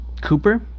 cooper